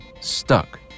stuck